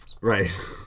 Right